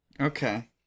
Okay